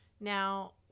Now